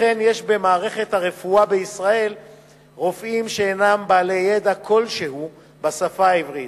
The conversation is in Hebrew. לכן יש במערכת הרפואה בישראל רופאים שאינם בעלי ידע כלשהו בשפה העברית,